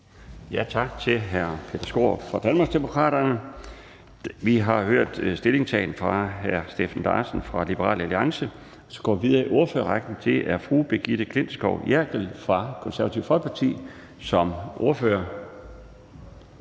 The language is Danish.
Tak til hr. Peter Skaarup fra Danmarksdemokraterne. Vi har hørt en stillingtagen fra hr. Steffen Larsen fra Liberal Alliance, så vi går videre i ordførerrækken til fru Brigitte Klintskov Jerkel fra Det Konservative Folkeparti som ordfører.